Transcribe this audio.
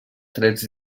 trets